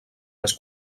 més